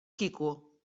quico